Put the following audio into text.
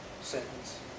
sentence